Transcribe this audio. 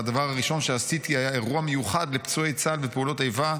והדבר הראשון שעשיתי היה אירוע מיוחד לפצועי צה"ל ופעולות האיבה,